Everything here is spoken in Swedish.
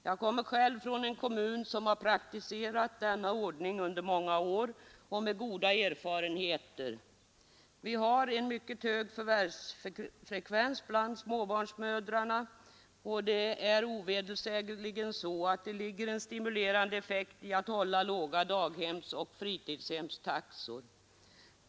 Jag kommer själv från en kommun som har praktiserat denna ordning under många år och detta med goda erfarenheter. Vi har en mycket hög förvärvsfrekvens bland småbarnsmödrarna, och det är ovedersägligen så att det ligger en stimulerande effekt i att hålla låga daghemsoch fritidshemstaxor.